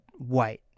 white